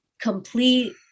complete